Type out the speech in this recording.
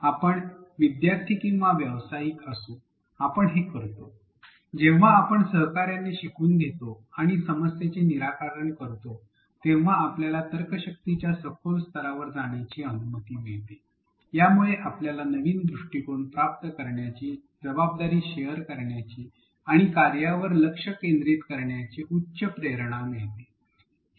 आपण विद्यार्थी किंवा व्यावसायिक असो आपण हे करतो जेव्हा आपण सहकार्याने शिकून घेतो आणि समस्येचे निराकरण करतो तेव्हा आपल्याला तर्कशक्तीच्या सखोल स्तरावर जाण्याची अनुमती मिळते यामुळे आपल्याला नवीन दृष्टीकोन प्राप्त करण्याची जबाबदारी शेअर करण्याची आणि कार्यावर लक्ष केंद्रित करण्याची उच्च प्रेरणा मिळते